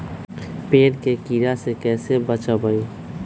पेड़ के कीड़ा से कैसे बचबई?